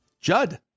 Judd